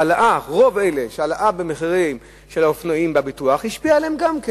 רוב אלה שההעלאה במחירי הביטוח של האופנועים השפיעה עליהם גם כן.